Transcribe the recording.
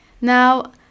Now